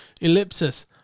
ellipsis